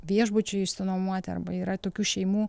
viešbučiui išsinuomoti arba yra tokių šeimų